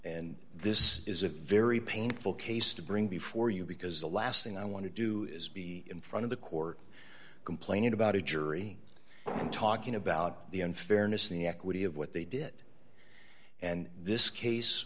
and this is a very painful case to bring before you because the last thing i want to do is be in front of the court complaining about a jury and talking about the unfairness the equity of what they did and this case